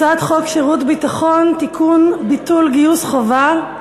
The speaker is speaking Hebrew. הצעת חוק שירות ביטחון (תיקון, ביטול גיוס חובה),